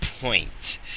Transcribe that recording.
point